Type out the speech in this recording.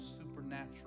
supernatural